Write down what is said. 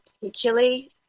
particularly